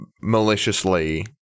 maliciously